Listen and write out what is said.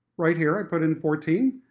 right here i put in fourteen.